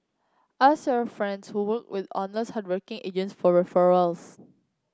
ask your friends who worked with honest hardworking agents for referrals